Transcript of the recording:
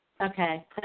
okay